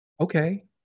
Okay